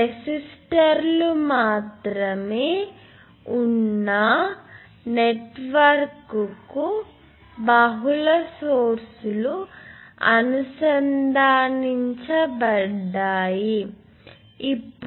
రెసిస్టర్లు మాత్రమే ఉన్న నెట్వర్క్కు బహుళ సోర్స్ లు అనుసంధానించబడాయి